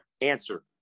answer